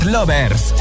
Lovers